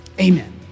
Amen